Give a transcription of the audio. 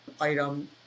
item